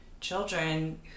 children